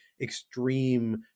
extreme